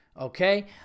Okay